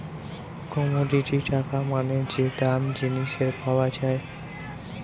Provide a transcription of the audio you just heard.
commodity টাকা মানে যে দাম জিনিসের পাওয়া যায়